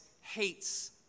hates